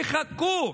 תחכו,